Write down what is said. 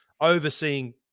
overseeing